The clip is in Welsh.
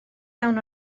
iawn